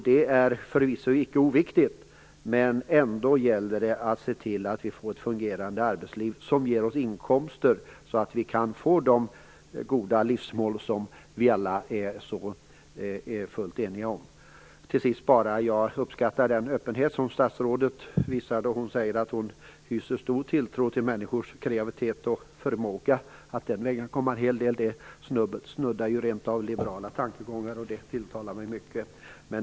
Det är förvisso icke oviktigt, men det gäller ändå att se till att vi får ett fungerande arbetsliv som ger oss inkomster så att vi kan få de goda livsmål som vi alla är så fullt eniga om. Till sist vill jag säga att jag uppskattar den öppenhet som statsrådet visar då hon säger att hon hyser stor tilltro till människors kreativitet och förmåga. Det snuddar rent av vid liberala tankegångar. Det tilltalar mig mycket.